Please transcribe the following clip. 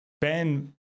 Ben